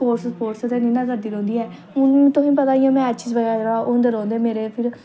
sports sports ते नेईं ना करदी रौंह्दी ऐ हून तुसेंगी पता इ'यां मैचिस बगैरा होंदे रौंह्दे मेरे फिर